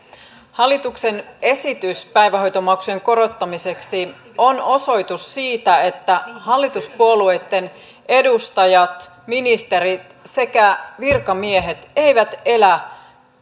hallituksen esitys päivähoitomaksujen korottamiseksi on osoitus siitä että hallituspuolueitten edustajat ministerit sekä virkamiehet eivät elä